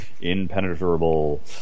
Impenetrable